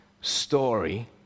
story